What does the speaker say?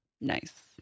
nice